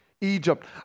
Egypt